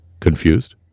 Confused